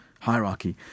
hierarchy